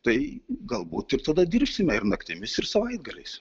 tai galbūt ir tada dirbsime ir naktimis ir savaitgaliais